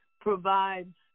provides